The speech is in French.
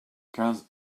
quinze